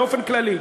באופן כללי.